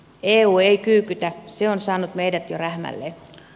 eu ei kyykytä se on saanut meidät jo rähmälleen